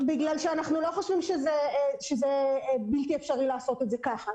אנחנו לא חושבים שזה בלתי אפשרי לעשות את זה כך,